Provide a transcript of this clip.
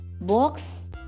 box